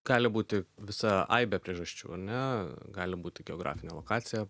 gali būti visa aibė priežasčių ar ne gali būti geografinė lokacija